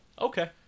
Okay